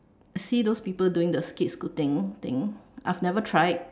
see those people doing the skate scooting thing I've never tried